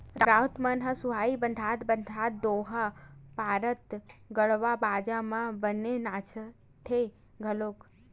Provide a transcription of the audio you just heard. राउत मन ह सुहाई बंधात बंधात दोहा पारत गड़वा बाजा म बने नाचथे घलोक